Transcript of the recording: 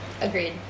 Agreed